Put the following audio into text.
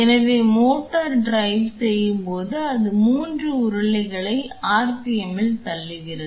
எனவே motor drive செய்யும் போது அது 3 உருளைகளை RPM இல் தள்ளுகிறது